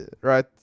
Right